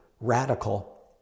radical